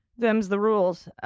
them's the rules.